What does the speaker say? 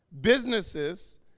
businesses